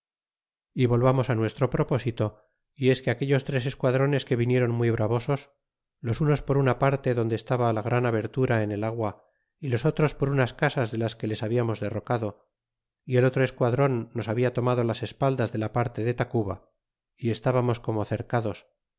y volvamos nuestro propósito y es que de aquellos tres esquadrones que vinieron muy bravosos los unos por una parte donde estaba la gran abertura en el agua y los otros por unas casas de las que les hablamos derrocado y el otro esquadron nos habla tomado las espaldas de la parte de tacuba y estábamos como cercados